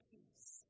Peace